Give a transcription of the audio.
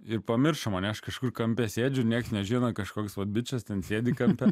ir pamiršo mane aš kažkur kampe sėdžiu nieks nežino kažkoks vat bičas ten sėdi kampe